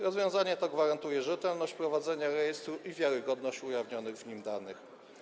Rozwiązanie to gwarantuje rzetelność prowadzenia rejestru i wiarygodność ujawnionych w nim danych.